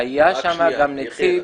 היה שם גם נציג --- יחיאל,